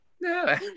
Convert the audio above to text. No